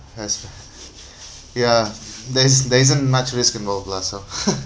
has ya there's there isn't much risk involved lah so